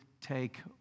take